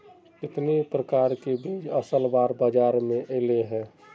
कितने प्रकार के बीज असल बार बाजार में ऐले है?